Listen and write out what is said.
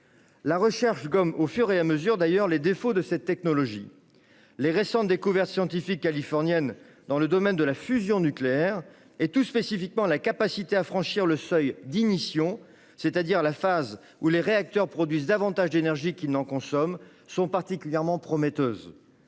La recherche gomme d'ailleurs au fur et à mesure les défauts de cette technologie. Les récentes découvertes scientifiques californiennes dans le domaine de la fusion nucléaire, singulièrement la capacité à franchir le seuil d'ignition, c'est-à-dire le stade où les réacteurs produisent davantage d'énergie qu'ils n'en consomment, sont particulièrement prometteuses.